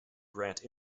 grant